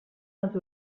les